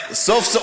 סוף-סוף,